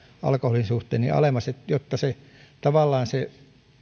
alkoholin suhteen alemmaksi jotta tavallaan se